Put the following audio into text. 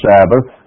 Sabbath